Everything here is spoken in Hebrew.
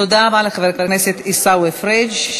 תודה רבה לחבר הכנסת עיסאווי פריג'.